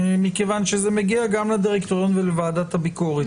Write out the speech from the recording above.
מכיוון שזה מגיע גם לדירקטוריון ולוועדת הביקורת.